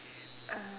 um